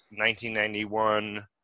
1991